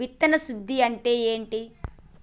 విత్తన శుద్ధి అంటే ఏంటి?